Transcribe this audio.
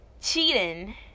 cheating